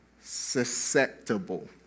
susceptible